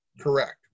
Correct